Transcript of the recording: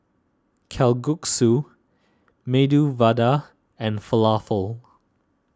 Kalguksu Medu Vada and Falafel